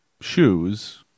shoes